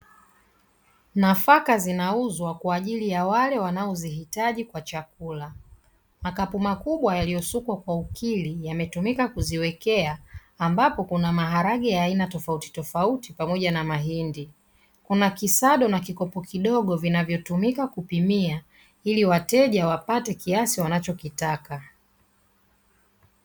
Nafaka zinauzwa kwa ajili ya wale wanaozihitaji kwa chakula, makapu makubwa yaliyosukwa kwa ukili yametumika kuziwekea ambapo kuna maharage ya aina tofautitofauti pamoja na mahindi, kuna kisado na kikopo kidogo vinavyotumika kupimia ili wateja wapate kiasi wanachokitaka